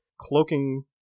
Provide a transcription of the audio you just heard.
cloaking